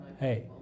Hey